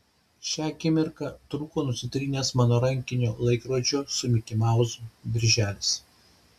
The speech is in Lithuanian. šią akimirką trūko nusitrynęs mano rankinio laikrodžio su mikimauzu dirželis